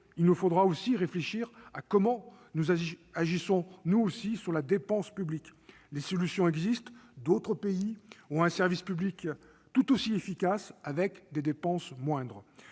il nous faudra aussi réfléchir aux manières d'agir sur la dépense publique. Les solutions existent : d'autres pays ont un service public tout aussi efficace, avec des dépenses moindres.